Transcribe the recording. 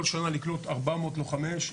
כל שנה לקלוט 400 לוחמי אש,